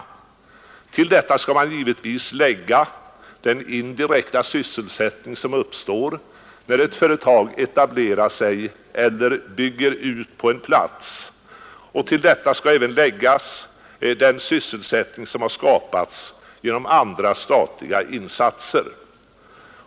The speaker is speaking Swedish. Därtill bör givetvis läggas den indirekta sysselsättning som uppstår när ett företag etablerar sig på en plats eller bygger ut och vidare den sysselsättning som har skapats genom andra statliga insatser.